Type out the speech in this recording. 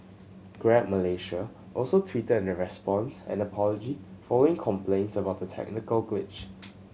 Grab Malaysia also tweeted a response and apology following complaints about the technical glitch